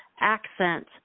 accent